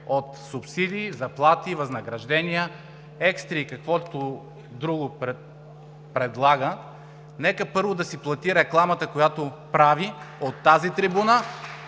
от субсидии, заплати, възнаграждения, екстри и каквото друго предлага, нека първо да си плати рекламата, която прави от тази трибуна